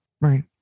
right